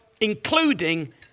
including